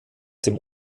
dem